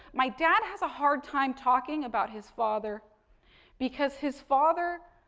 my dad has a hard time talking about his father because his father,